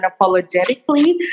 unapologetically